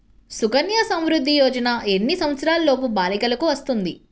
సుకన్య సంవృధ్ది యోజన ఎన్ని సంవత్సరంలోపు బాలికలకు వస్తుంది?